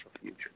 future